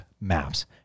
maps